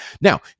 Now